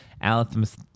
Alice